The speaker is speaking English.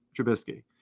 Trubisky